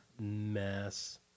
mess